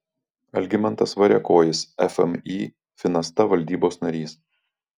algimantas variakojis fmį finasta valdybos narys